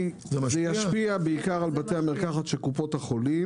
זה ישפיע בעיקר על בתי המרקחת של קופות החולים.